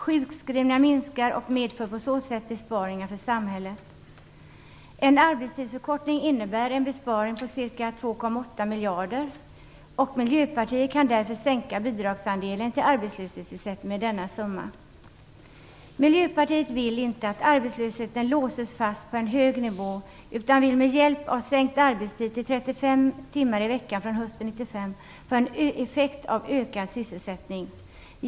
Sjukskrivningarna minskar och medför på så sätt besparingar för samhället. En arbetstidsförkortning innebär en besparing på ca 2,8 miljarder. Miljöpartiet kan därför sänka bidragsandelen till arbetslöshetsersättningen med denna summa. Miljöpartiet vill inte att arbetslösheten låses fast på en hög nivå utan vill med hjälp av en arbetstid som sänkts till 35 timmar i veckan från hösten 1995 få en effekt av ökad sysselsättning.